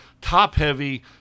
top-heavy